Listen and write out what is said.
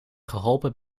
geholpen